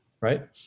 right